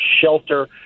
shelter